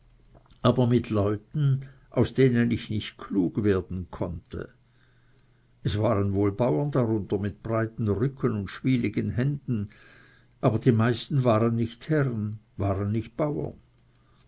aber mit leuten aus denen ich nicht klug werden konnte es waren wohl bauern darunter mit breiten rücken und schwieligen händen aber die meisten waren nicht herren waren nicht bauern